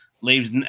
leaves